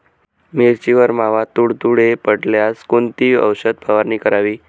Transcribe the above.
मिरचीवर मावा, तुडतुडे पडल्यास कोणती औषध फवारणी करावी?